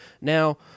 now